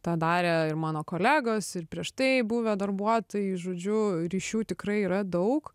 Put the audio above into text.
tą darė ir mano kolegos ir prieš tai buvę darbuotojai žodžiu ryšių tikrai yra daug